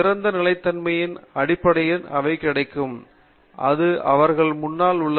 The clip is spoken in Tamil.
திறந்த நிலைத்தன்மையின் அடிப்படையில் அவை கிடைக்கும் அது அவர்களுக்கு முன்னால் உள்ளது